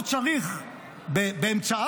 הוא צריך באמצעיו,